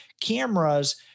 cameras